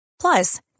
Plus